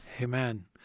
amen